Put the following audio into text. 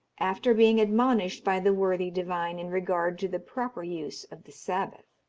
after being admonished by the worthy divine in regard to the proper use of the sabbath.